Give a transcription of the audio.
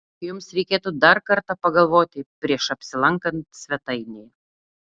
jums reikėtų dar kartą pagalvoti prieš apsilankant svetainėje